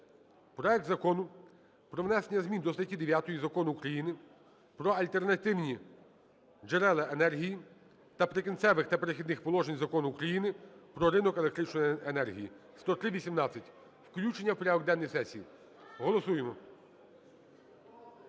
проект Закону про внесення змін до статті 9-1 Закону України "Про альтернативні джерела енергії" та "Прикінцевих та перехідних положень" Закону України "Про ринок електричної енергії" (10318). Включення в порядок денний сесії. Голосуємо.